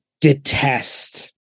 detest